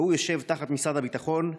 והוא יושב תחת משרד הביטחון.